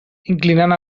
inclinant